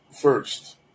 first